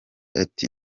ati